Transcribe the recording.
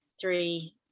three